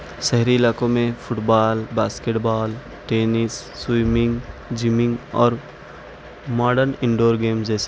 شہری علاقوں میں football basketball tennis swimming gymming اور ماڈرن ان ڈور گیم جیسے